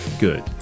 good